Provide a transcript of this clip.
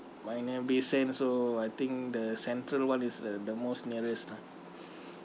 marina bay sand so I think the central one is the the most nearest lah